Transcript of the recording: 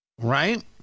Right